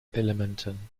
elementen